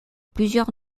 plusieurs